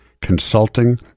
consulting